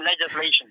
legislation